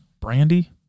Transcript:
Brandy